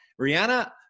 Rihanna